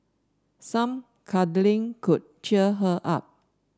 some cuddling could cheer her up